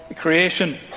creation